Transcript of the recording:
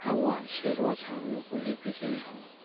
ᱟᱵᱚᱣᱟᱜ ᱥᱮᱨᱣᱟ ᱥᱟᱶ ᱱᱩᱠᱩ ᱞᱤᱯᱤ ᱪᱮᱬᱮ ᱦᱚᱸ